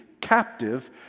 captive